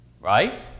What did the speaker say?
right